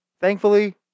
Thankfully